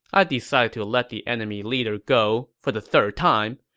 i decided to let the enemy leader go for the third time.